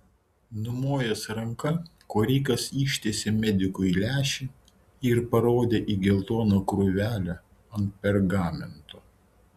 numojęs ranka korikas ištiesė medikui lęšį ir parodė į geltoną krūvelę ant pergamento